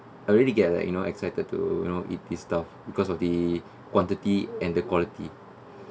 I really get like you know excited to you know eat this stuff because of the quantity and the quality